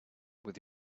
with